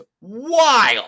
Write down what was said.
wild